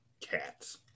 cats